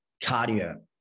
Cardio